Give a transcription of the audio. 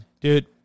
Dude